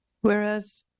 Whereas